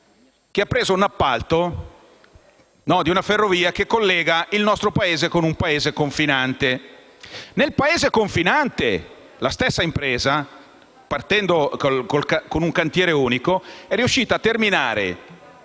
che ha vinto un appalto di una ferrovia che collega il nostro Paese con un Paese confinante. Nel Paese confinante la stessa impresa, partendo con un cantiere unico, è riuscita a terminare